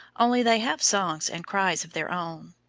only they have songs and cries of their own.